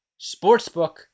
Sportsbook